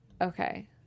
okay